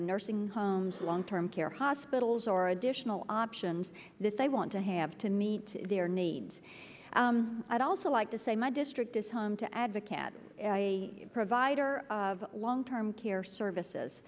in nursing homes long term care hospitals or additional options that they want to have to meet their needs i'd also like to say my district is home to advocate a provider of long term care services